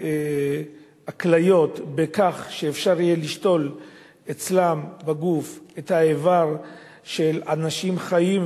הכליות בכך שאפשר יהיה להשתיל אצלם בגוף את האיבר של אנשים חיים.